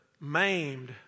maimed